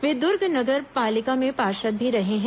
वे दुर्ग नगर पालिका में पार्षद भी रहे हैं